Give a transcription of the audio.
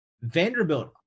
Vanderbilt